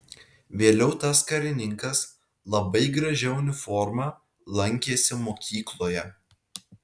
vėliau tas karininkas labai gražia uniforma lankėsi mokykloje